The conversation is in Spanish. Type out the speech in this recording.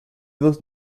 dos